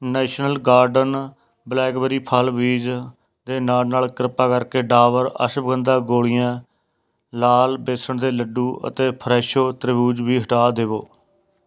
national garden blackberry ਫਲ ਬੀਜ ਦੇ ਨਾਲ ਨਾਲ ਕਿਰਪਾ ਕਰਕੇ ਡਾਬਰ ਅਸ਼ਵਗੰਧਾ ਗੋਲੀਆਂ ਲਾਲ ਬੇਸਣ ਦੇ ਲੱਡੂ ਅਤੇ ਫਰੈਸ਼ੋ ਤਰਬੂਜ਼ ਵੀ ਹਟਾ ਦੇਵੋ